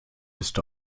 ist